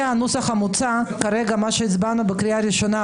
לעסוק בעילת הסבירות שיש בפסיקה בשנים האחרונות,